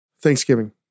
Thanksgiving